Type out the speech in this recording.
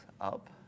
up